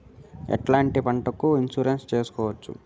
ఎట్లాంటి పంటలకు ఇన్సూరెన్సు చేసుకోవచ్చు?